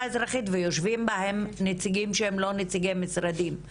אזרחית ויושבים בהם נציגים שהם לא נציגי משרדים.